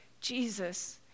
Jesus